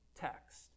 text